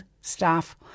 staff